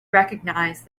recognize